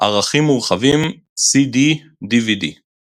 ערכים מורחבים – CD, DVD